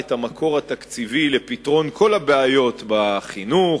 את המקור התקציבי לפתרון כל הבעיות בחינוך,